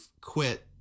quit